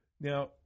now